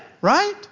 right